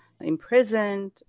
imprisoned